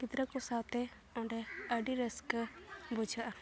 ᱜᱤᱫᱽᱨᱟᱹ ᱠᱚ ᱥᱟᱶᱛᱮ ᱚᱸᱰᱮ ᱟᱹᱰᱤ ᱨᱟᱹᱥᱠᱟᱹ ᱵᱩᱡᱷᱟᱹᱜᱼᱟ